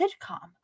sitcom